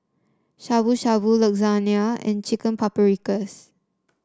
Shabu Shabu Lasagne and Chicken Paprikas